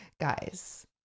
Guys